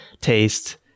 taste